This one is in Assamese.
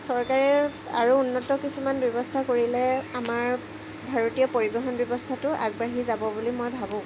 চৰকাৰে আৰু উন্নত কিছুমান ব্যৱস্থা কৰিলে আমাৰ ভাৰতীয় পৰিৱহণ ব্যৱস্থাটো আগবাঢ়ি যাব বুলি মই ভাবোঁ